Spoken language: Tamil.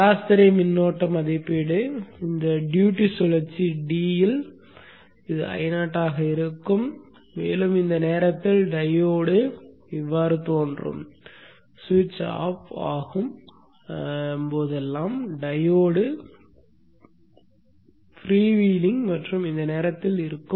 சராசரி மின்னோட்ட மதிப்பீடு இந்த ட்யூட்டி சுழற்சி d இல் Io ஆக இருக்கும் மேலும் இந்த நேரத்தில் டையோடு இது போல் தோன்றும் சுவிட்ச் ஆஃப் ஆகும் போதெல்லாம் டையோடு ஃப்ரீவீலிங் மற்றும் இந்த நேரத்தில் இருக்கும்